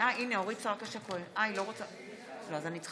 אורית פרקש הכהן, אינה